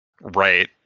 Right